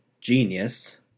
genius